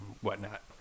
whatnot